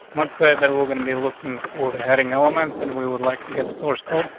let's say that we're gonna be looking for the heading elements and we would like to get a source code.